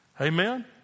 Amen